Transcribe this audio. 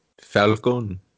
Falcon